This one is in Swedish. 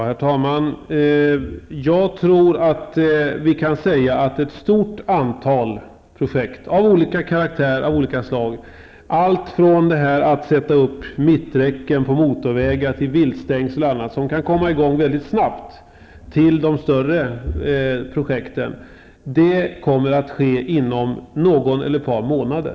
Herr talman! Jag tror att vi kan säga att ett stort antal projekt av olika slag -- allt från att sätta upp mittsträcken på motorvägar, viltstängsel och andra arbeten som kan komma i gång väldigt snabbt, till de större projekten -- kommer att påbörjas inom någon månad eller ett par månader.